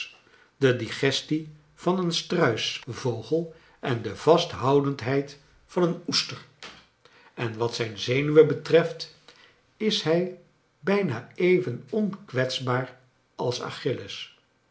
de digestie vaa een struis i vogel ea de vasthoudendheid van een o'ester en wat zijn zenuwen betreft is hij bijaa even onkwetsbaar als